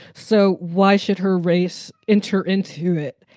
so why should her race enter into it?